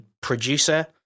producer